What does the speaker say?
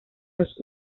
los